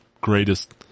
greatest